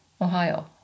Ohio